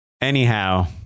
Anyhow